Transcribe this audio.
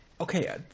Okay